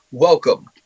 Welcome